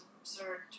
absurd